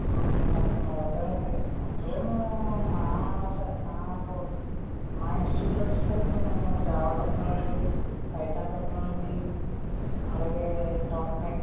okay అమ్మ okay నాకు అర్దమయింది యాక్చువల్గా మేము మాస్ మాకు మా ఇన్స్టిట్యూట్లో వచ్చేసరికి మేము జావా టెక్నాలజీ పైతాన్ టెక్నాలజీ అలాగే డాట్ నెట్